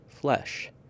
flesh